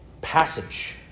passage